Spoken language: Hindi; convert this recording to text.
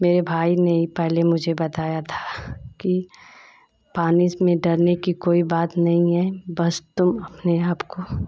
मेरे भाई ने ही पहले मुझे बताया था कि पानी में डरने की कोई बात नहीं है बस तुम अपने आपको